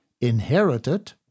inherited